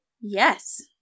yes